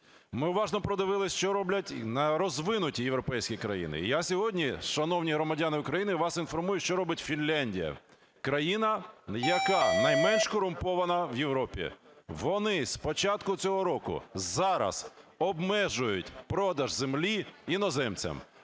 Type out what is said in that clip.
Ми уважно продивились, що роблять розвинуті європейські країни. І я сьогодні, шановні громадяни України, вас інформую, що робить Фінляндія – країна, яка найменш корумпована в Європі. Вони з початку цього року зараз обмежують продаж землі іноземцям.